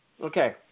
Okay